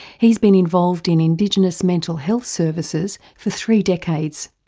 he's been involved in indigenous mental health services for three decades.